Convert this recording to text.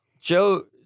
Joe